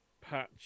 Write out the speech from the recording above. patch